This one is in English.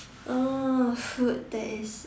uh food that is